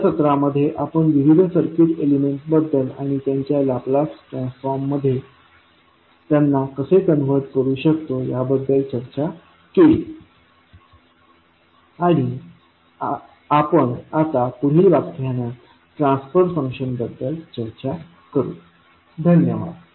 तर या सत्रामध्ये आपण विविध सर्किट एलिमेंट्सबद्दल आणि त्यांना लाप्लास ट्रान्सफॉर्ममध्ये कसे कन्व्हर्ट करू शकतो याबद्दल चर्चा केली आणि आपण आता पुढील व्याख्यानात ट्रान्सफर फंक्शन बद्दल चर्चा करू धन्यवाद